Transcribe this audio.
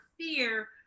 fear